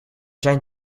zijn